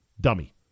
Dummy